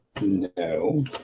No